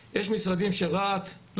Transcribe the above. יש משרדים בהם תוכנית העבודה של רהט לא